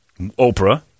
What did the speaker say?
Oprah